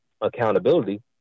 accountability